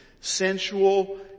sensual